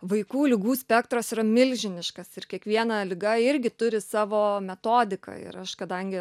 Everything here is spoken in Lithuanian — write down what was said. vaikų ligų spektras yra milžiniškas ir kiekviena liga irgi turi savo metodiką ir aš kadangi